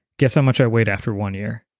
guess how much i weighed after one year?